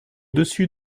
dessus